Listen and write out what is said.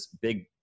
big